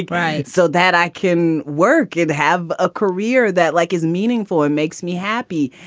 right. so that i can work and have a career that like is meaningful and makes me happy.